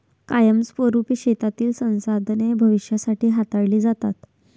कायमस्वरुपी शेतीतील संसाधने भविष्यासाठी हाताळली जातात